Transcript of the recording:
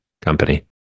company